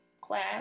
class